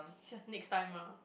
see ah next time ah